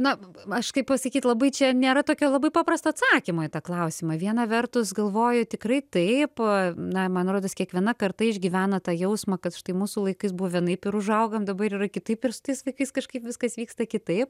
na aš kaip pasakyt labai čia nėra tokio labai paprasto atsakymo į tą klausimą viena vertus galvoju tikrai taip na man rodos kiekviena karta išgyvena tą jausmą kad štai mūsų laikais buvo vienaip ir užaugom dabar yra kitaip ir su tais laikais kažkaip viskas vyksta kitaip